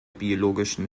biologischen